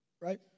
Right